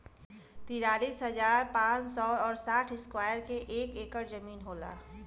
तिरालिस हजार पांच सौ और साठ इस्क्वायर के एक ऐकर जमीन होला